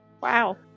Wow